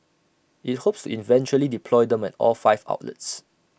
IT hopes to eventually deploy them at all five outlets